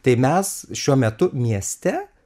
tai mes šiuo metu mieste